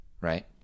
right